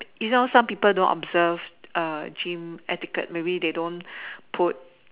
you know some people don't observe err gym etiquette you know maybe they don't put